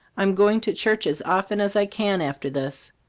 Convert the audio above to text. i'm going to church as often as i can after this,